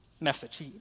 message